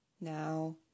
Now